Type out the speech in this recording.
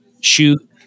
shoot